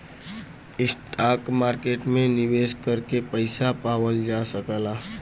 stock market में निवेश करके पइसा पावल जा सकला